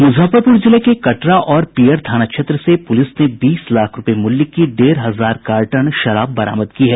मूजफ्फरपूर जिले के कटरा और पीयर थाना क्षेत्र से पूलिस ने बीस लाख रूपये मूल्य की डेढ़ हजार कार्टन शराब बरामद की है